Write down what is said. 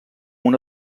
una